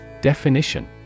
Definition